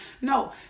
No